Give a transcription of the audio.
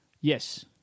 yes